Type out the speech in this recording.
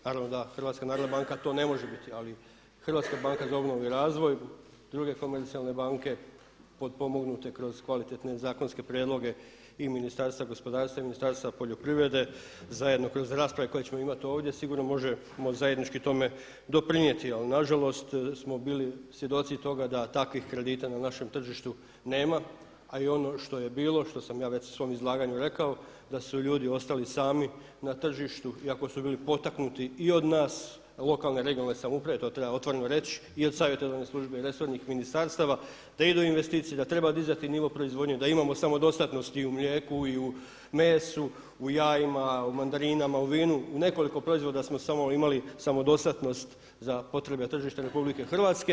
Naravno da HNB to ne može biti ali Hrvatska banka za obnovu i razvoj i druge komercijalne banke potpomognute kroz kvalitetne zakonske prijedloge i Ministarstva gospodarstva i Ministarstva poljoprivrede zajedno kroz rasprave koje ćemo imati ovdje sigurno možemo zajednički tome doprinijeti ali nažalost smo bili svjedoci toga da takvih kredita na našem tržištu nema, a i ono što je bilo, što sam ja već u svom izlaganju rekao da su ljudi ostali sami na tržištu iako su bili potaknuti i od nas i od lokalne i regionalne samouprave to treba otvoreno reći i od savjetodavne službe i resornih ministarstava da idu u investicije, da treba dizati nivo proizvodnje, da imamo samodostatnosti i u mlijeku, i u mesu, u jajima, mandarinama, u vinu, u nekoliko proizvoda smo samo imali samodostatnost za potrebe tržište RH.